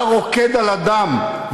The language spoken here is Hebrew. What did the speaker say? אתה רוקד על הדם,